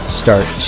start